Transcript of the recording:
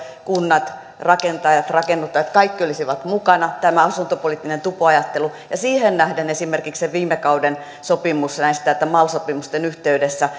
kunnat rakentajat rakennuttajat olisivat mukana tämä asuntopoliittinen tupoajattelu ja siihen nähden esimerkiksi se viime kauden sopimus että mal sopimusten yhteydessä